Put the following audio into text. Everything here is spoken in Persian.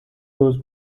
روز